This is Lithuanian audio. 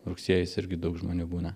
rugsėjis irgi daug žmonių būna